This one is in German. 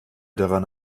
daran